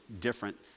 different